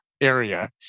area